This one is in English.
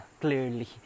clearly